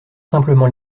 simplement